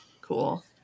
cool